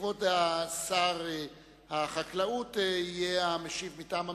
כבוד שר החקלאות יהיה המשיב מטעם הממשלה,